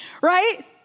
right